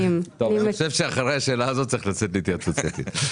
לא היינו רוצים להעביר אף לא שקל אחד לחברה עד שההסכמים ייסגרו.